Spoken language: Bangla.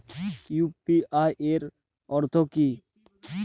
ইউ.পি.আই এর অর্থ কি?